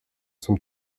zum